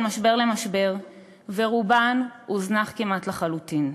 משבר למשבר ורובן הוזנח כמעט לחלוטין.